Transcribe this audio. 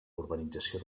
urbanització